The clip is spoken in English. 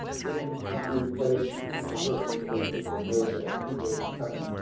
putting into place heat alerts to let people know that a heat wave is coming.